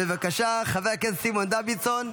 בבקשה, חבר הכנסת סימון דוידסון.